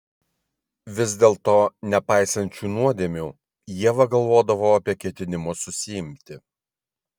vis dėlto nepaisant šių nuodėmių ieva galvodavo apie ketinimus susiimti